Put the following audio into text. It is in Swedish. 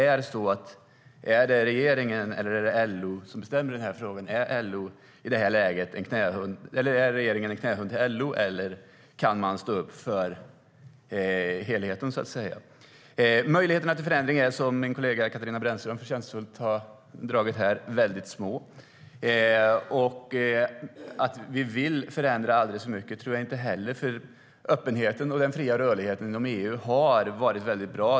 Är det regeringen eller LO som bestämmer i frågan? Är regeringen en knähund till LO, eller kan man stå upp för helheten? Möjligheterna till förändring är, som min kollega Katarina Brännström förtjänstfullt har redogjort för här, väldigt små. Jag tror inte heller att vi vill förändra alldeles för mycket. Öppenheten och den fria rörligheten inom EU har varit bra.